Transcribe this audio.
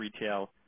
retail